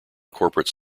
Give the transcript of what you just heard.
corporate